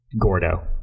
Gordo